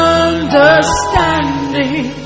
understanding